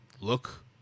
look